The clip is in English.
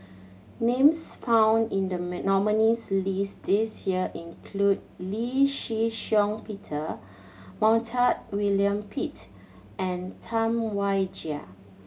names found in the nominees' list this year include Lee Shih Shiong Peter Montague William Pett and Tam Wai Jia